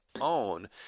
own